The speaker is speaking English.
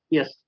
Yes